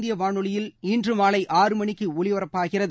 இந்திய வானொலியில் இன்று மாலை ஆறு மணிக்கு ஒலிபரப்பாகிறது